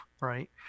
right